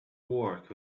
work